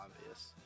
obvious